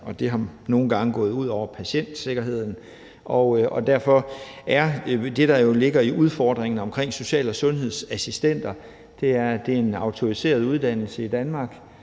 og det er nogle gange gået ud over patientsikkerheden. Derfor er det, der jo ligger i udfordringen omkring social- og sundhedsassistenter, at det er en autoriseret uddannelse i Danmark,